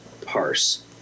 parse